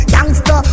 Gangsta